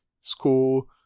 school